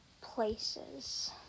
places